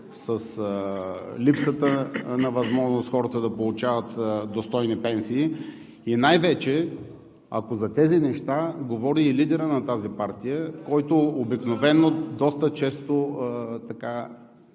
с липсата на възможност хората да получават достойни пенсии и най-вече, ако за тези неща говори лидерът на тази партия, който обикновено доста често